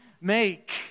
make